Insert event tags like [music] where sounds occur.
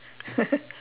[laughs]